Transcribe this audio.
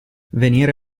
venire